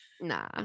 Nah